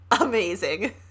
Amazing